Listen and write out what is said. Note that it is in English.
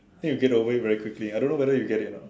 then you get over very quickly I don't know you get it or not